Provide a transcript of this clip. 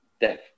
death